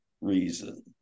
reason